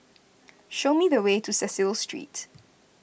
show me the way to Cecil Street